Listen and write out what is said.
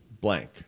blank